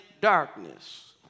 darkness